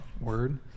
Word